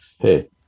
hey